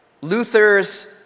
Luther's